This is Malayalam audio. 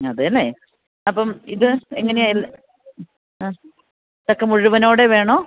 അതെ അല്ലെ അപ്പം ഇത് എങ്ങനെയാണ് ആ ചക്ക മുഴുവനോടെ വേണോ